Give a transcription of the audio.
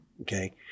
Okay